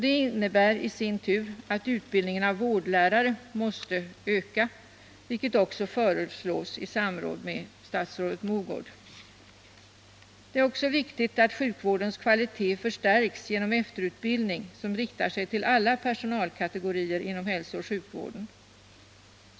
Detta i sin tur innebär att utbildningen av vårdlärare måste ökas, vilket också föreslås i samråd med statsrådet Mogård. Det är också viktigt att sjukvårdens kvalitet förstärks genom efterutbildning, som riktar sig till alla personalkategorier inom hälsooch sjukvården.